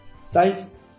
styles